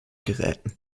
geräten